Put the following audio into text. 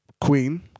Queen